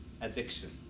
addiction